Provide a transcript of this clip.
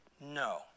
no